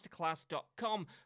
masterclass.com